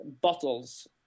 bottles